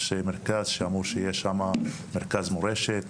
יש מרכז שאמרו שיהיה שם מרכז מורשת,